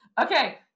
Okay